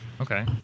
okay